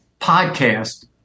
podcast